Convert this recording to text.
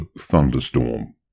Thunderstorm